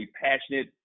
passionate